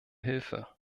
hilfe